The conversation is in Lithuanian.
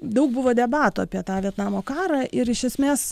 daug buvo debatų apie tą vietnamo karą ir iš esmės